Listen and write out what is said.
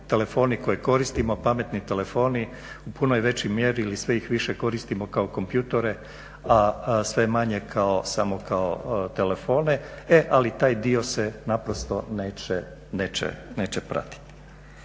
telefoni koji koristimo, pametni telefoni u punoj većoj mjeri ili sve ih više koristimo kao kompjutore, a sve manje samo kao telefone, e ali taj dio se naprosto neće pratiti.